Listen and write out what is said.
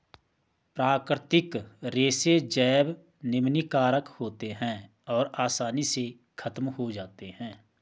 प्राकृतिक रेशे जैव निम्नीकारक होते हैं और आसानी से ख़त्म हो जाते हैं